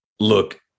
Look